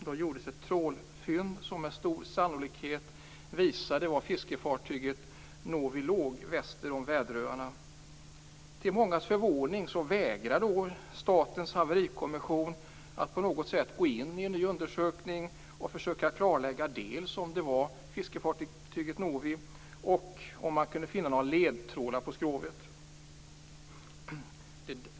Då gjordes ett trålfynd som med stor sannolikhet visade var fiskefartyget Novi låg: väster om Väderöarna. Till mångas förvåning vägrade då Statens haverikommission att på något sätt gå in i en ny undersökning för att dels försöka klarlägga om det var fiskefartyget Novi, dels se om man kunde finna några ledtrådar på skrovet.